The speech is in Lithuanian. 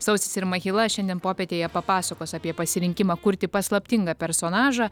sausis ir mahila šiandien popietėje papasakos apie pasirinkimą kurti paslaptingą personažą